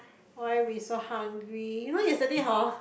why we so hungry even yesterday hor